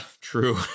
true